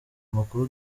amakuru